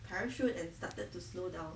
parachute and started to slow down